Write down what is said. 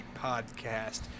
Podcast